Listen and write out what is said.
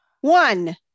One